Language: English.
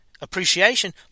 appreciation